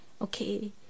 okay